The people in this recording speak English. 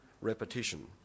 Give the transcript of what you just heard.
repetition